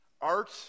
Art